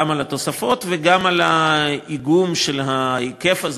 על התוספות וגם על האיגום של ההיקף הזה,